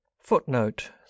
footnote